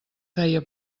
feia